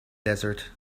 desert